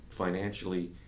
financially